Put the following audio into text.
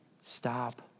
stop